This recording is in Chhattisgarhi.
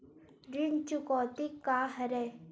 ऋण चुकौती का हरय?